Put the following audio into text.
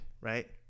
right